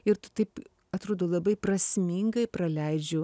ir taip atrodo labai prasmingai praleidžiu